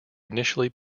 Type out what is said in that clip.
initially